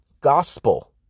gospel